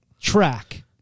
track